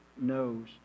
knows